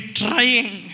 trying